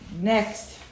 Next